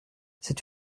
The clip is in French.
c’est